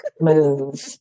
move